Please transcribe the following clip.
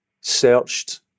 searched